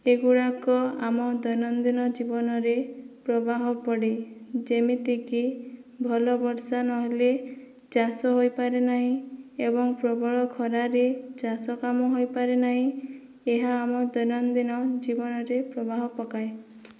ଏଗୁଡ଼ାକ ଆମ ଦୈନନ୍ଦିନ ଜୀବନରେ ପ୍ରବାହ ପଡ଼େ ଯେମିତିକି ଭଲ ବର୍ଷା ନହେଲେ ଚାଷ ହୋଇପାରେ ନାହିଁ ଏବଂ ପ୍ରବଳ ଖରାରେ ଚାଷ କାମ ହୋଇପାରେ ନାହିଁ ଏହା ଆମ ଦୈନନ୍ଦିନ ଜୀବନରେ ପ୍ରବାହ ପକାଏ